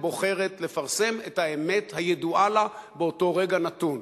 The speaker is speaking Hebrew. בוחרת לפרסם את האמת הידועה לה באותו רגע נתון,